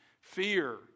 fear